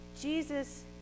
Jesus